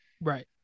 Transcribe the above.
Right